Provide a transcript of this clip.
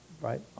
right